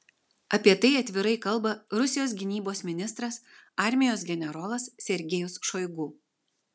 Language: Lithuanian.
apie tai atvirai kalba rusijos gynybos ministras armijos generolas sergejus šoigu